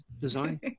design